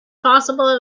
possible